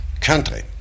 country